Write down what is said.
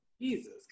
jesus